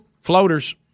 Floaters